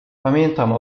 pamiętam